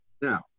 Now